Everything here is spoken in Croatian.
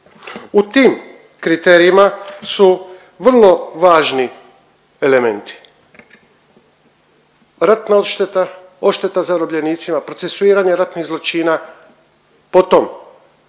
U tim kriterijima su vrlo važni elementi. Ratna odšteta, odšteta zarobljenica, procesuiranje ratnih zločina, potom